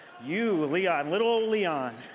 you, leon, little leon.